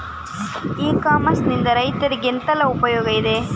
E commerce ನಿಂದ ರೈತರಿಗೆ ಎಂತೆಲ್ಲ ಉಪಯೋಗ ಇದೆ?